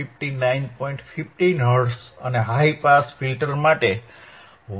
15 hertz અને high pass filter માટે 1